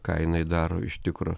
ką jinai daro iš tikro